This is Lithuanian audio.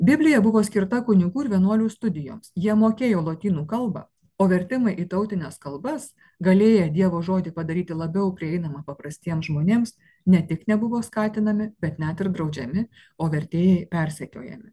biblija buvo skirta kunigų ir vienuolių studijoms jie mokėjo lotynų kalbą o vertimai į tautines kalbas galėję dievo žodį padaryti labiau prieinamą paprastiems žmonėms ne tik nebuvo skatinami bet net ir draudžiami o vertėjai persekiojami